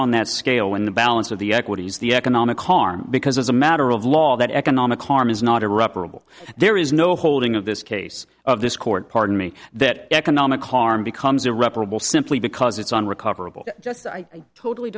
on that scale when the balance of the equities the economic harm because as a matter of law that economic harm is not irreparable there is no holding of this case this court pardon me that economic harm becomes irreparable simply because it's unrecoverable just so i totally